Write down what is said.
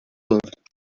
escàndol